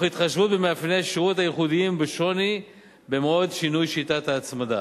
תוך התחשבות במאפייני השירות הייחודיים ובשוני במועד שינוי שיטת ההצמדה.